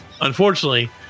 Unfortunately